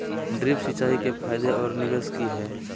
Drip सिंचाई के फायदे और निवेस कि हैय?